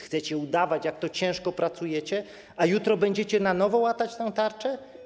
Chcecie udawać, jak to ciężko pracujecie, a jutro będziecie na nowo łatać tę tarczę?